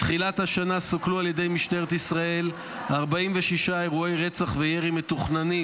מתחילת השנה סוכלו על ידי משטרת ישראל 46 אירועי רצח וירי מתוכננים.